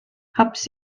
hapus